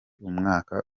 umwaka